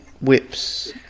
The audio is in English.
whips